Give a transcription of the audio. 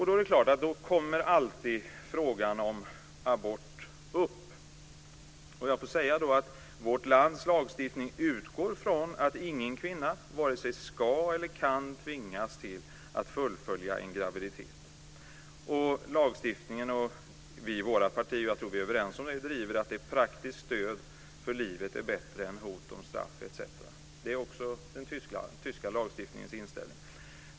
Då kommer helt klart alltid frågan om abort upp. Jag får säga att vårt lands lagstiftning utgår från att ingen kvinna vare sig ska eller kan tvingas till att fullfölja en graviditet. Lagstiftningen står för och vi i vårt parti - det tror jag att vi är överens om - driver att praktiskt stöd för livet är bättre än hot om straff etc. Det är också den tyska lagstiftningens inställning.